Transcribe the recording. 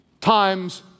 times